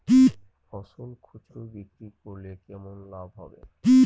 ফসল খুচরো বিক্রি করলে কেমন লাভ হবে?